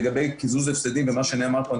לגבי קיזוז הפסדים ולמה שנאמר פה,